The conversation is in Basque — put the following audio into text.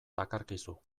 dakarkizu